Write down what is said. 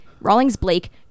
Rawlings-Blake